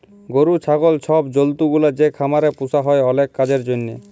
গরু, ছাগল ছব জল্তুগুলা যে খামারে পুসা হ্যয় অলেক কাজের জ্যনহে